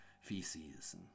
feces